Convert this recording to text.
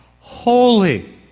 Holy